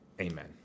amen